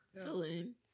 Saloon